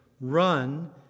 run